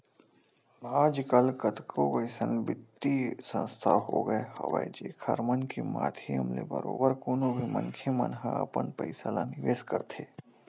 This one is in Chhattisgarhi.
आजकल कतको अइसन बित्तीय संस्था होगे हवय जेखर मन के माधियम ले बरोबर कोनो भी मनखे मन ह अपन पइसा ल निवेस करथे